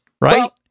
Right